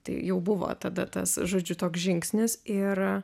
tai jau buvo tada tas žodžiu toks žingsnis ir